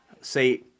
say